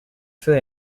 fill